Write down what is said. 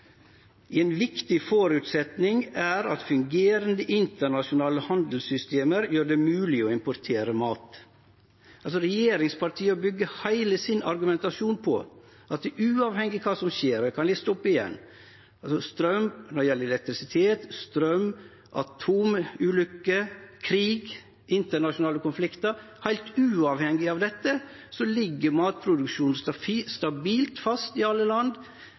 viktig forutsetning her er at fungerende internasjonale handelssystemer gjør det mulig å importere mat.» Regjeringspartia byggjer heile sin argumentasjon på at uavhengig av kva som skjer – anten det gjeld elektrisitet, straum,